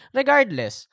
regardless